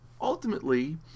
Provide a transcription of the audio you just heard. ultimately